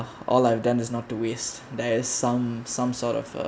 all I've done is not to waste there's some some sort of uh